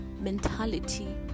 mentality